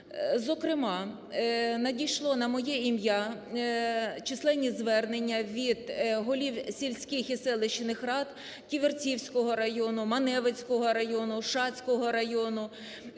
Зокрема, надійшли на моє ім'я численні звернення від голів сільських і селищних рад Ківерцівського району, Маневицького району, Шацького району,